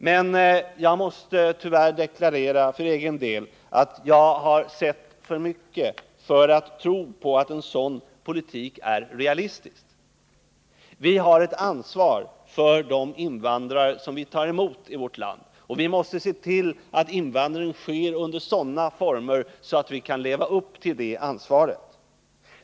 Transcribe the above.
Men jag måste tyvärr för egen del deklarera att jag sett för mycket för att tro på att en sådan politik är realistisk. Vi har ett ansvar för de invandrare som vi tar emot i vårt land, och vi måste se till att invandringen sker i sådana former att vi kan leva upp till det ansvaret.